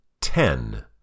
Ten